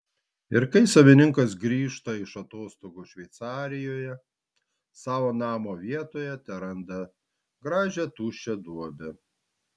ir kai savininkas grįžta iš atostogų šveicarijoje savo namo vietoje teranda gražią tuščią duobę